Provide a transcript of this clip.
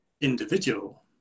individual